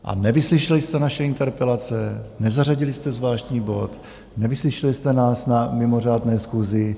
A nevyslyšeli jste naše interpelace, nezařadili jste zvláštní bod, nevyslyšeli jste nás na mimořádné schůzi.